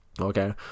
okay